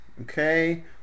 okay